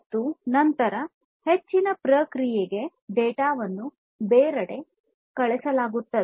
ಮತ್ತು ನಂತರ ಹೆಚ್ಚಿನ ಪ್ರಕ್ರಿಯೆಗೆ ಡೇಟಾ ವನ್ನು ಬೇರೆಡೆ ಕಳುಹಿಸಲಾಗುತ್ತದೆ